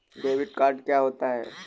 Debit card क्या होता है?